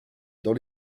dans